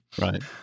Right